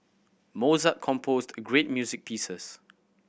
Mozart composed great music pieces